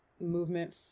movement